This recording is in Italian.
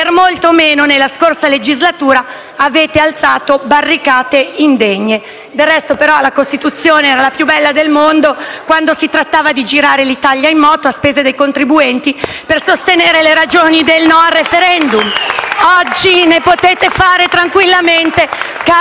Per molto meno, nella scorsa legislatura, avete alzato barricate indegne. Del resto, però, la Costituzione era la più bella del mondo, quando si trattava di girare l'Italia in moto a spese dei contribuenti per sostenere le ragioni del no al *referendum*. *(Applausi dal Gruppo PD. Commenti dal